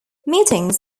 meetings